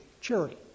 charity